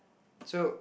so